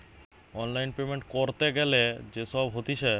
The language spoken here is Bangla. অনলাইন পেমেন্ট ক্যরতে গ্যালে যে সব হতিছে